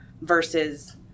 versus